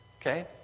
Okay